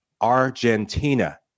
Argentina